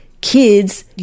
kids